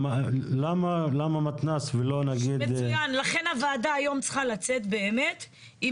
לכן הוועדה היום צריכה לצאת באמת עם